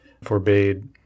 forbade